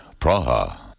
Praha